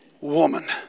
woman